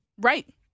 Right